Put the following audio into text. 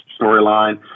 storyline